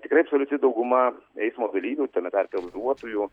tikrai absoliuti dauguma eismo dalyvių tame tarpe vairuotojų